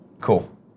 Cool